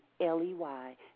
L-E-Y